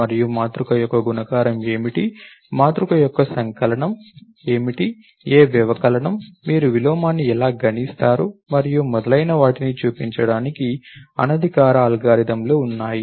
మరియు మాతృక యొక్క గుణకారం ఏమిటి మాతృక యొక్క సంకలనంఎడిషన్ ఏమిటి ఏ వ్యవకలనం మీరు విలోమాన్ని ఎలా గణిస్తారు మరియు మొదలైనవాటిని చూపించడానికి అనధికారిక అల్గారిథమ్లు ఉన్నాయి